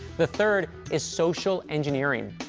the third is social engineering.